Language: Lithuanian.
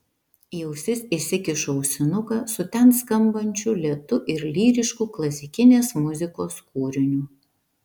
į ausis įsikišu ausinuką su ten skambančių lėtu ir lyrišku klasikinės muzikos kūriniu